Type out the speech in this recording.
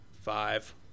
five